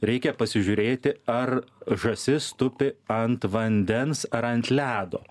reikia pasižiūrėti ar žąsis tupi ant vandens ar ant ledo